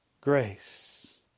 grace